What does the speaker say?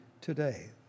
today